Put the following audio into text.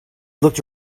looked